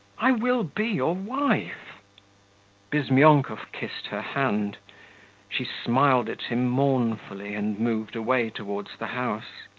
i will be your wife bizmyonkov kissed her hand she smiled at him mournfully and moved away towards the house.